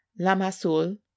Lamasul